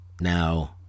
Now